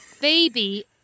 baby